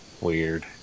weird